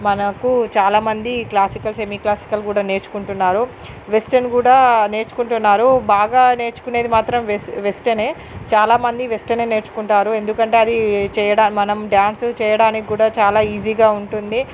మనకు చాలామంది classical semi classical కూడా నేర్చుకుంటున్నారు వెస్ట్రన్ కూడా నేర్చుకుంటున్నారు బాగా నేర్చుకునేది మాత్రం వెస్ వెస్ట్రన్యే చాలా మంది వెస్ట్రన్యే నేర్చుకుంటారు ఎందుకంటే అది చేయడానికి మనం డ్యాన్స్ చేయడానికి గూడా చాలా ఈజీగా ఉంటుంది